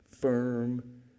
firm